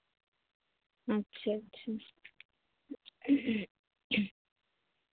ᱟᱪᱪᱷᱟ ᱟᱪᱪᱷᱟ